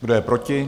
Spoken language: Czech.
Kdo je proti?